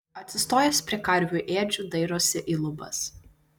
atsistojęs prie karvių ėdžių dairosi į lubas